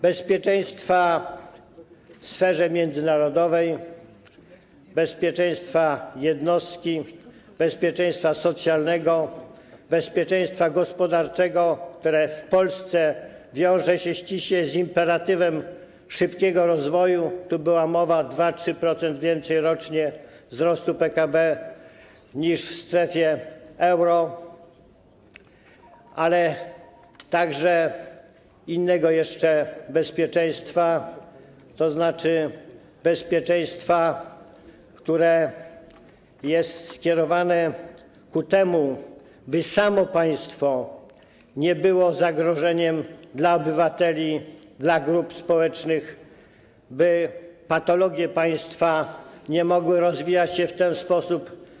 Bezpieczeństwa w sferze międzynarodowej, bezpieczeństwa jednostki, bezpieczeństwa socjalnego, bezpieczeństwa gospodarczego, które w Polsce wiąże się ściśle z imperatywem szybkiego rozwoju - tu była mowa o 2–3% więcej rocznie wzrostu PKB niż w strefie euro - ale także innego jeszcze bezpieczeństwa, tzn. bezpieczeństwa, które jest skierowane ku temu, by samo państwo nie było zagrożeniem dla obywateli, dla grup społecznych, by patologie państwa nie mogły rozwijać się w ten sposób.